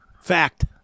fact